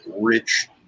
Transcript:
rich